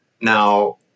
Now